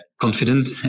confident